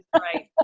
Right